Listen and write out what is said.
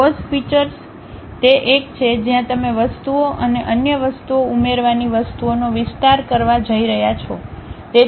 boss features તે એક છે જ્યાં તમે વસ્તુઓ અને અન્ય વસ્તુઓ ઉમેરવાની વસ્તુઓનો વિસ્તાર કરવા જઇ રહ્યા છો